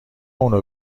اونو